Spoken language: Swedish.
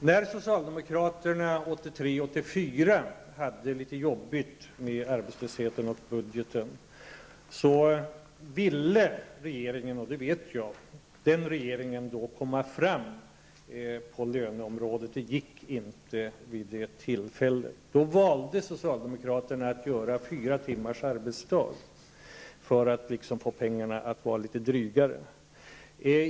När socialdemokraterna hade det litet jobbigt med arbetslösheten och budgeten 1983/84, ville den regeringen -- det vet jag -- komma fram på löneområdet. Det gick inte vid det tillfället. Då valde socialdemokraterna fyra timmars arbetsdag, för att få pengarna att bli litet drygare.